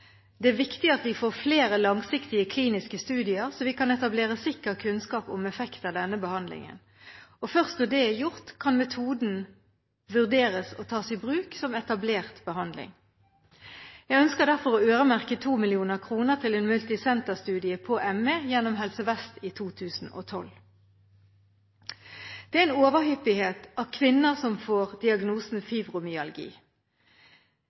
Det er viktig at vi får flere langsiktige, kliniske studier, så vi kan etablere sikker kunnskap om effekt av denne behandlingen. Først når det er gjort, kan metoden vurderes å tas i bruk som etablert behandling. Jeg ønsker derfor å øremerke 2 mill. kr til en multisenterstudie på ME gjennom Helse Vest i 2012. Det er en overhyppighet av kvinner som får diagnosen